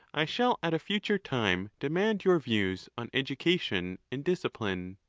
i shall at a future time demand your views on education and discipline.